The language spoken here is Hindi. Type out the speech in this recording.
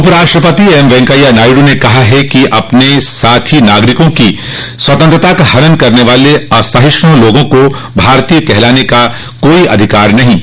उप राष्ट्रपति एम वैंकैया नायडू ने कहा है कि अपने साथी नागरिकों की स्वतंत्रता का हनन करने वाले असहिष्णु लोगों को भारतीय कहलाने का कोई अधिकार नहों है